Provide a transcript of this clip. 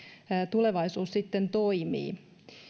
tulevaisuudessa sitten toimii